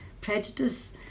prejudice